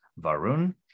Varun